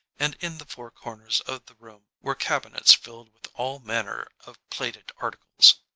and in the four corners of the room were cabinets filled with all manner of plated articles.